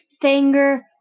finger